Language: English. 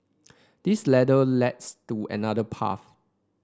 this ladder leads to another path